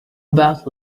about